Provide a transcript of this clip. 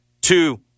two